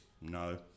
No